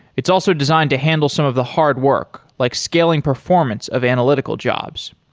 it's also designed to handle some of the hard work, like scaling performance of analytical jobs.